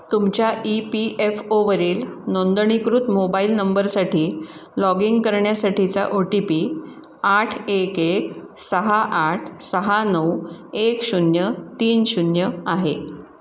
तुमच्या E P F ओवरील नोंदणीकृत मोबाईल नंबरसाठी लॉग इन करण्यासाठीचा ओ टी पी आठ एक एक सहा आठ सहा नऊ एक शून्य तीन शून्य आहे